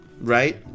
right